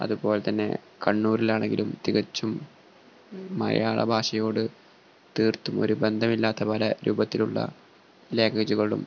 അതുപോലെ തന്നെ കണ്ണൂരിലാണെങ്കിലും തികച്ചും മലയാള ഭാഷയോട് തീർത്തും ഒരു ബന്ധമില്ലാത്ത പല രൂപത്തിലുള്ള ലാംഗ്വേജുകളും